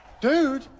Dude